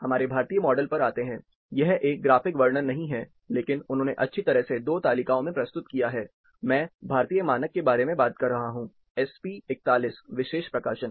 हमारे भारतीय मॉडल पर आते हैं यह एक ग्राफिक वर्णन नहीं है लेकिन उन्होंने अच्छी तरह से 2 तालिकाओं में प्रस्तुत किया है मैं भारतीय मानक के बारे में बात कर रहा हूं एस पी 41 विशेष प्रकाशन